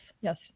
yes